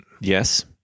Yes